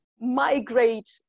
migrate